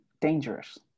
dangerous